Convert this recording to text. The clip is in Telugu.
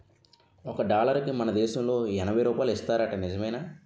ఒక డాలరుకి మన దేశంలో ఎనబై రూపాయలు ఇస్తారట నిజమేనా